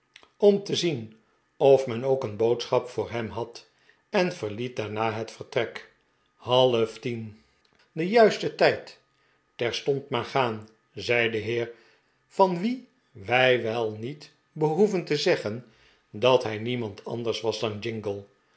om te zien of men ook een boodschap voor hem had en verliet daarna het vertrek halftien de juiste tijd terstond maar gaan zei de heer van wien wij wel niet behoeven te zeggen dat hij niemand anders was dan jingle